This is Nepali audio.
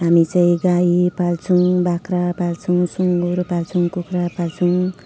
हामी चाहिँ गाई पाल्छौँ बाख्रा पाल्छौँ सुँगुर पाल्छौँ कुखुरा पाल्छौँ